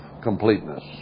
completeness